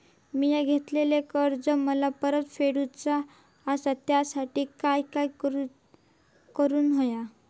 मिया घेतलेले कर्ज मला परत फेडूचा असा त्यासाठी काय काय करून होया?